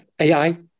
AI